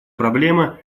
проблема